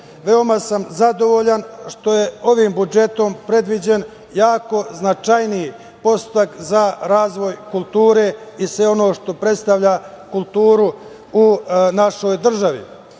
veoma sam zadovoljan što je ovim budžetom predviđen značajniji podstrek za razvoj kulture i svega onoga što predstavlja kulturu u našoj državi.